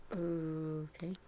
Okay